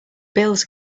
bills